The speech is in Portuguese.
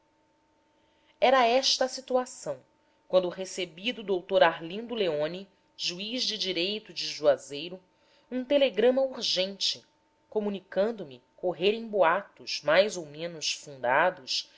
era esta a situação quando recebi do dr arlindo leoni juiz de direito de juazeiro um telegrama urgente comunicando me correrem boatos mais ou menos fundados